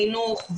חינוך,